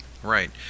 Right